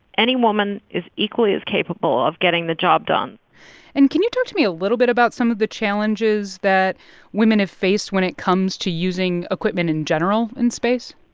any woman is equally as capable of getting the job done and can you talk to me a little bit about some of the challenges that women have faced when it comes to using equipment in general in space?